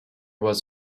was